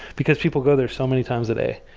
because people go there so many times a day.